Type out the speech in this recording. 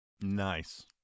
nice